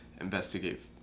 investigate